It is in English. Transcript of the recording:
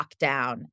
lockdown